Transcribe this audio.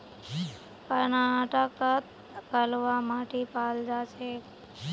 कर्नाटकत कलवा माटी पाल जा छेक